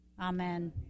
Amen